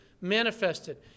manifested